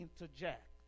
interject